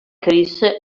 chris